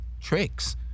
tricks